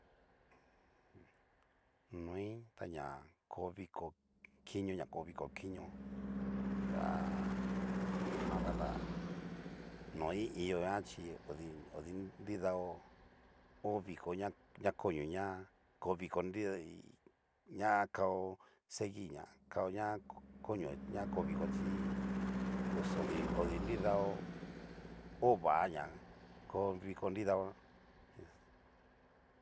noi ta na ko viko kinio ko viko kinio ta. najan xanra, no i iin guan chí odi- odi nridao ho viko ña konio ñá kovi nridi na kao seguir ña kao ña konio ña ko viko chí pus odi odunidao ho vaña ko viko nridao.